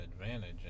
advantage